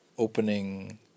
opening